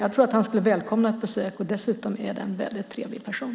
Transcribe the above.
Jag tror att han skulle välkomna ett besök, och dessutom är det en väldigt trevlig person.